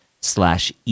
slash